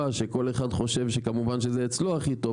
שכל אחד חושב שכמובן זה אצלו הכי טוב,